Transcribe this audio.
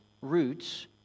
roots